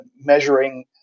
measuring